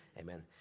Amen